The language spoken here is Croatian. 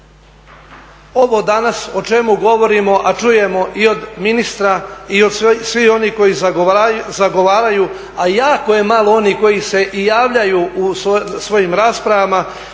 ovo danas o čemu govorimo, a čujemo i od ministra i od svih onih koji zagovaraju, a jako je malo onih koji se i javljaju u svojim raspravama